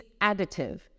additive